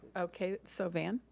okay, sylvan?